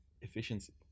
efficiency